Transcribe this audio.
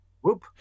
Whoop